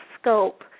scope